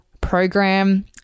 program